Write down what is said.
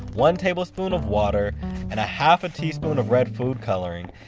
one tablespoon of water and half a teaspoon of red food coloring.